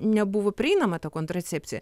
nebuvo prieinama ta kontracepcija